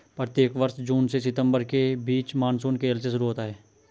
प्रत्येक वर्ष जून से सितंबर के बीच मानसून केरल से शुरू होता है